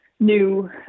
new